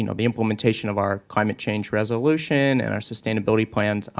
you know the implementation of our climate change resolution and our sustainability plans.